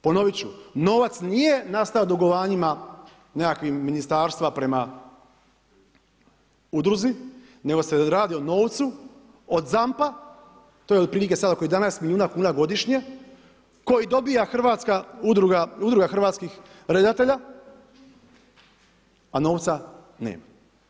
Ponovit ću, novac nije nastao dugovanjima nekakvim ministarstva prema udruzi nego se radi o novcu od ZAMP-a, to je otprilike sada oko 11 milijuna kuna godišnje koji dobija Udruga hrvatskih redatelja, a novca nema.